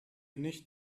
nicht